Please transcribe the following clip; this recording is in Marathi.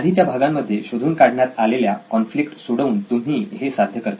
आधीच्या भागामध्ये शोधून काढण्यात आलेल्या कॉन्फ्लिक्ट सोडवून तुम्ही हे साध्य करता